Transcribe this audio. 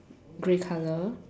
grey colour